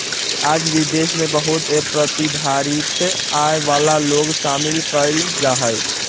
आज भी देश में बहुत ए प्रतिधारित आय वाला लोग शामिल कइल जाहई